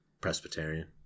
Presbyterian